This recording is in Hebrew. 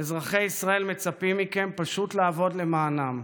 אזרחי ישראל מצפים מכם פשוט לעבוד למענם,